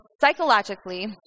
psychologically